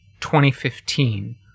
2015